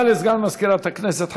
תודה לסגן מזכירת הכנסת.